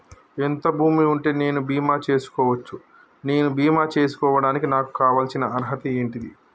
ఎంత భూమి ఉంటే నేను బీమా చేసుకోవచ్చు? నేను బీమా చేసుకోవడానికి నాకు కావాల్సిన అర్హత ఏంటిది?